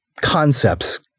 concepts